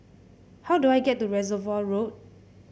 how do I get to Reservoir Road